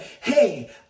hey